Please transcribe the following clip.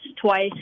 twice